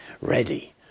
ready